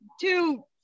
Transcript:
two